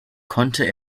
konnte